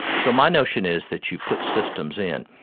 so my notion is that you put systems in,